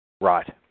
Right